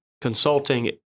consulting